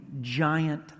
giant